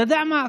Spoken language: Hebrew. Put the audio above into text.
אתה יודע מה,